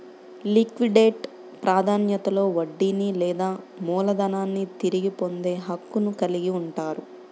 liquidate ప్రాధాన్యతలో వడ్డీని లేదా మూలధనాన్ని తిరిగి పొందే హక్కును కలిగి ఉంటారు